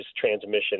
transmission